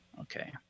Okay